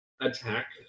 attack